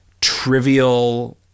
trivial